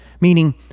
meaning